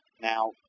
Now